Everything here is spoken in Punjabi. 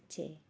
ਪਿੱਛੇ